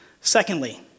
Secondly